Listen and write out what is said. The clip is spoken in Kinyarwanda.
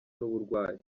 n’uburwayi